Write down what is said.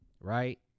right